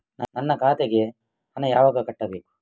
ನನ್ನ ಖಾತೆಗೆ ಹಣ ಯಾವಾಗ ಕಟ್ಟಬೇಕು?